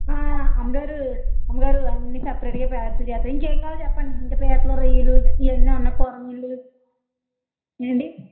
అమ్మగారు అమ్మగారు అన్ని సపరేట్గా ప్యాక్ చేస్తా ఇంకా ఏం కావాలో చెప్పండి ఇంకా పీతలు రొయ్యలు ఇవన్నీ ఉన్నాయి కోరమీన్లు ఏమండి